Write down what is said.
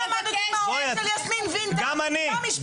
--- גם אני.